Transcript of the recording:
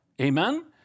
Amen